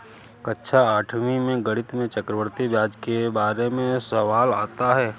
कक्षा आठवीं में गणित में चक्रवर्ती ब्याज के बारे में सवाल आता है